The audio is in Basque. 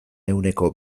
ehuneko